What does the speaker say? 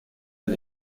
del